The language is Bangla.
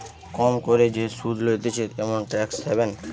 কম করে যে সুধ লইতেছে এমন ট্যাক্স হ্যাভেন